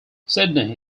sidney